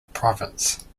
province